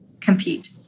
compete